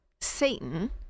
satan